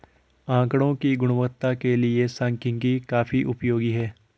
आकड़ों की गुणवत्ता के लिए सांख्यिकी काफी उपयोगी है